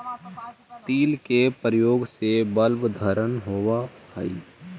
तिल के प्रयोग से बलवर्धन होवअ हई